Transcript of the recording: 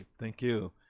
thank you.